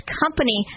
company